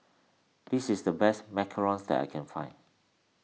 this is the best Macarons that I can find